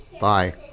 Bye